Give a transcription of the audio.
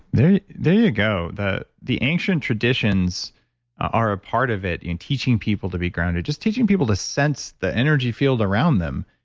there there you go. that the ancient traditions are a part of it in teaching people to be grounded, just teaching people to sense the energy field around them.